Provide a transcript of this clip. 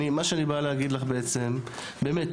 מה שאני בא להגיד לך בעצם הוא שבאמת,